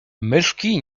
myszki